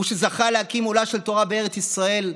הוא שזכה להקים עולה של תורה בארץ ישראל.